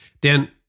Dan